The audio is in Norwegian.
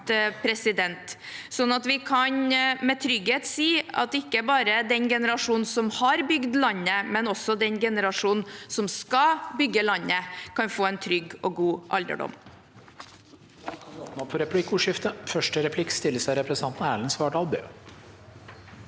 kan altså med trygghet si at ikke bare den generasjonen som har bygd landet, men også den generasjonen som skal bygge landet, kan få en trygg og god alderdom.